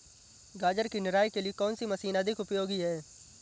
गाजर की निराई के लिए कौन सी मशीन अधिक उपयोगी है?